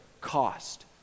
cost